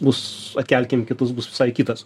bus atkelkim kitus bus visai kitas